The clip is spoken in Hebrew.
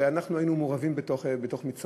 הרי אנחנו היינו מעורבים בתוך מצרים,